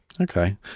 Okay